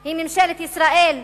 הוא ממשלת ישראל,